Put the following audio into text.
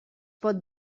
pot